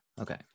okay